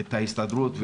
את ההסתדרות,